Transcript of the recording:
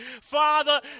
father